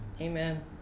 Amen